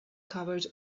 covered